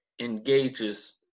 engages